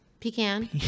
Pecan